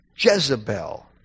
Jezebel